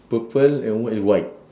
purple and one is white